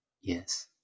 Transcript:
yes